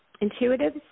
intuitive